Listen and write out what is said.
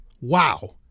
wow